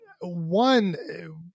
One